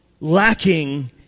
lacking